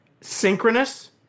synchronous